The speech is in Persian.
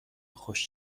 خوش